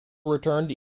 returned